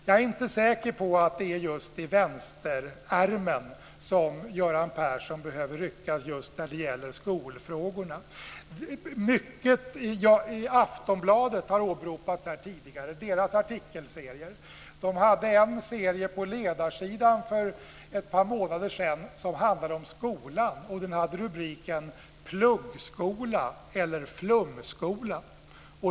Jag är inte säker på att det är just i vänsterärmen som Göran Persson behöver ryckas just när det gäller skolfrågorna. Aftonbladets artikelserie har tidigare åberopats här. Man hade en serie på ledarsidan för ett par månader sedan som handlade om skolan. Den hade rubriken Pluggskola eller flumskola.